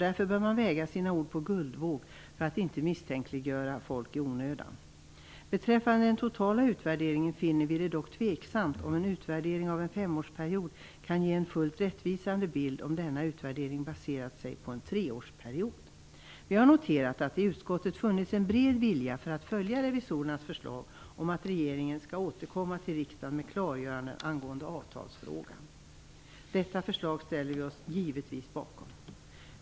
Därför bör man väga sina ord på guldvåg så att människor inte misstänkliggörs i onödan. Beträffande den totala utvärderingen finner vi det dock tveksamt om en utvärdering av en femårsperiod kan ge en fullt rättvisande bild, om denna utvärdering i stället är baserad på en treårsperiod. Vi har noterat att det i utskottet funnits en bred vilja att följa revisorernas förslag om att regeringen skall återkomma till riksdagen med klargöranden angående avtalsfrågan. Detta förslag ställer vi oss givetvis bakom.